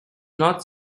not